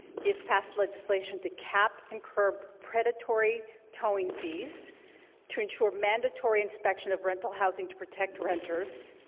he has passed legislation to cap and curb predatory towing fees to ensure mandatory inspection of rental housing to protect renters,